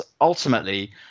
ultimately